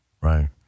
right